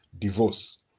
divorce